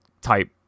type